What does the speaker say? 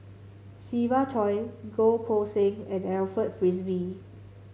Siva Choy Goh Poh Seng and Alfred Frisby